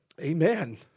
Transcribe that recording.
Amen